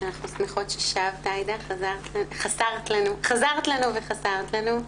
אנחנו שמחות ששבת עאידה, חזרת לנו וחסרת לנו.